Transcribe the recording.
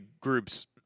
groups